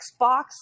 Xbox